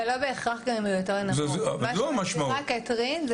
מה שמסבירה קתרין,